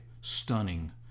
stunning